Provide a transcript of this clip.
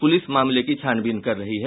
police मामले की छानबीन कर रही है